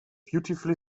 beautifully